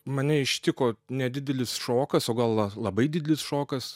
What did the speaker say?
mane ištiko nedidelis šokas o gal labai didelis šokas